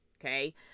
okay